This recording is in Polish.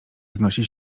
wznosi